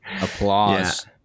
applause